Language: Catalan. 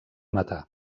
metà